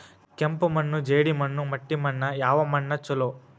ಕೆಂಪು ಮಣ್ಣು, ಜೇಡಿ ಮಣ್ಣು, ಮಟ್ಟಿ ಮಣ್ಣ ಯಾವ ಮಣ್ಣ ಛಲೋ?